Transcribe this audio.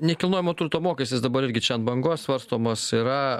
nekilnojamo turto mokestis dabar irgi čia ant bangos svarstomas yra